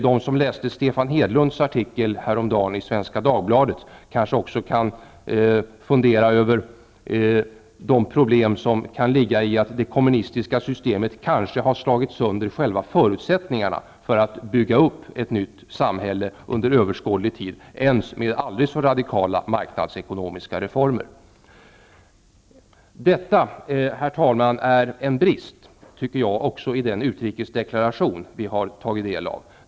Dagbladet häromdagen kanske också kan fundera över de problem som kan ligga i att det kommunistiska systemet kanske har slagit sönder själva förutsättningarna för att bygga upp ett nytt samhälle under överskådlig tid, ens med aldrig så radikala marknadsekonomiska reformer. Detta, herr talman, är en brist, tycker jag, också i den utrikesdeklaration som vi har tagit del av.